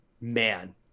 man